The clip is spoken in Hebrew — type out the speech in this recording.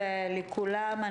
בוקר טוב לכולם,